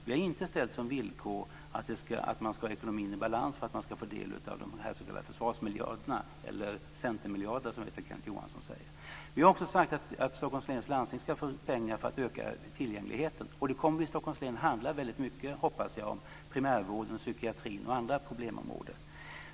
Vi har inte ställt som villkor att man ska ha ekonomin i balans för att man ska få del av de här s.k. försvarsmiljarderna eller Centermiljarderna, som jag vet att Kenneth Vi har också sagt att Stockholms läns landsting ska få pengar för att öka tillgängligheten, och det kommer i Stockholms län att handla väldigt mycket om, hoppas jag, primärvården, psykiatrin och andra problemområden.